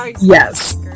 yes